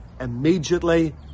immediately